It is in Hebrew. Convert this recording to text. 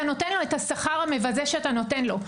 נותן לו את השכר המבזה שאתה נותן לו?